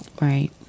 right